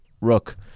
Rook